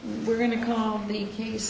were going to call the case